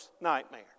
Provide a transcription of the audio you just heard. nightmare